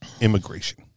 immigration